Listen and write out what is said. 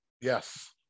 Yes